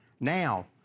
Now